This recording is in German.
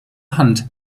hand